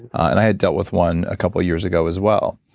and i had dealt with one a couple years ago as well,